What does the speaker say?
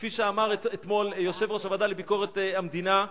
כפי שאמר אתמול יושב-ראש הוועדה לביקורת המדינה,